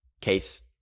case